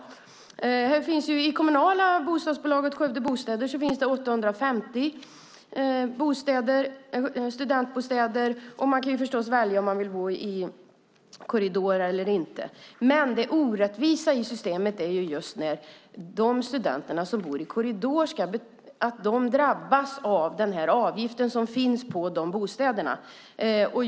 I det kommunala bostadsbolaget Skövdebostäder finns 850 studentbostäder, och man kan välja om man vill bo i korridor eller inte. Det orättvisa i systemet är att de studenter som bor i korridor drabbas av den avgift som finns på de bostäderna.